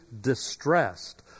distressed